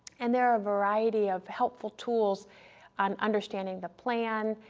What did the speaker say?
and there are a variety of helpful tools on understanding the plan,